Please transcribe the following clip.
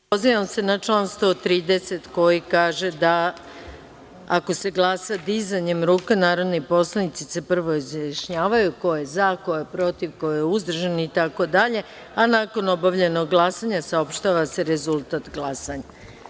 Pozivam se na član 130. koji kaže da, ako se glasa dizanjem ruku, narodni poslanici se prvo izjašnjavaju ko je za, ko je protiv, ko je uzdržan itd, a nakon obavljenog glasanja saopštava se rezultat glasanja.